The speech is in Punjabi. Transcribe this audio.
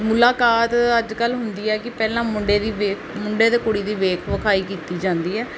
ਮੁਲਾਕਾਤ ਅੱਜ ਕੱਲ੍ਹ ਹੁੰਦੀ ਹੈ ਕਿ ਪਹਿਲਾਂ ਮੁੰਡੇ ਦੀ ਵੇ ਮੁੰਡੇ ਅਤੇ ਕੁੜੀ ਦੀ ਵੇਖ ਵਿਖਾਈ ਕੀਤੀ ਜਾਂਦੀ ਹੈ